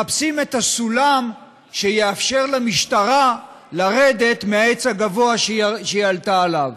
מחפשים את הסולם שיאפשר למשטרה לרדת מהעץ הגבוה שהיא עלתה עליו.